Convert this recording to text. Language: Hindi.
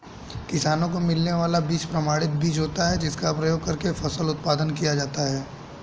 किसानों को मिलने वाला बीज प्रमाणित बीज होता है जिसका प्रयोग करके फसल उत्पादन किया जाता है